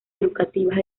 educativas